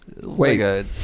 Wait